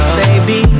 baby